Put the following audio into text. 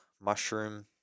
mushroom